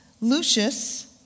Lucius